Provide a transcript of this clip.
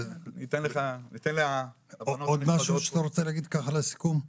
עוד משהו שאתה רוצה להגיד ככה לסיכום?